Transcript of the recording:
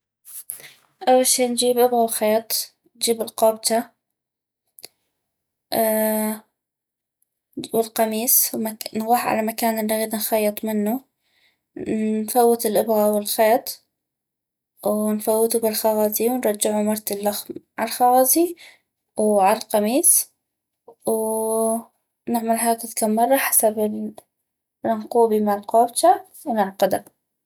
اول شي نجيب ابغا وخيط نجيب القوبچة والقميس ونغوح على مكان الي نغيد نخيط منو نفوت الابغا والخيط ونفوتو بالخغزي ونرجعو مرة الخ عل خغزي وعل قميس ونعمل هكذ كم مرة حسب النقوبي مال قوبچة ونعقدها